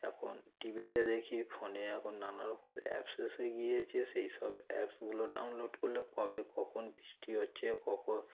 এখন টি ভিতে দেখি ফোনে এখন নানারকম অ্যাপস এসে গিয়েছে সেই সব অ্যাপসগুলো ডাউনলোড করলে কবে কখন বৃষ্টি হচ্ছে কখন